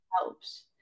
helps